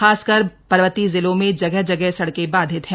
खासकर पर्वतीय जिलों में जगह जगह सड़कें बाधित हैं